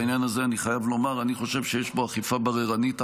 בעניין הזה אני חייב לומר שאני חושב שיש בו אכיפה בררנית הפוכה.